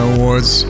Awards